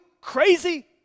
crazy